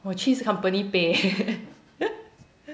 我去是 company pay